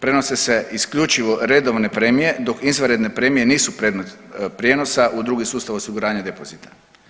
Prenose se isključivo redovne premije dok izvanredne premije nisu predmet prijenosa u drugi sustav osiguranja depozita.